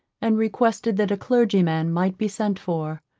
and requested that a clergyman might be sent for.